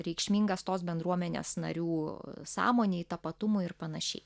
reikšmingas tos bendruomenės narių sąmonėj tapatumui ir panašiai